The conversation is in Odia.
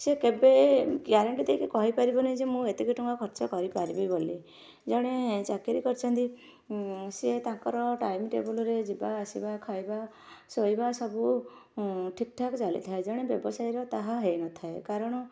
ସେ କେବେ ଗ୍ୟାରେଣ୍ଟି ଦେଇକି କହିପାରିବନି ଯେ ମୁଁ ଏତିକି ଟଙ୍କା ଖର୍ଚ୍ଚ କରିପାରିବି ବୋଲି ଜଣେ ଚାକିରୀ କରିଛନ୍ତି ସେ ତାଙ୍କର ଟାଇମ୍ ଟେବୁଲ୍ରେ ଯିବା ଆସିବା ଖାଇବା ଶୋଇବା ସବୁ ଠିକ୍ ଠାକ୍ ଚାଲିଥାଏ ଜଣେ ବ୍ୟବସାୟୀର ତାହା ହେଇନଥାଏ କାରଣ